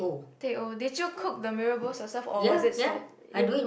teh O did you cook the mee-Rebus yourself or was it stock you cooked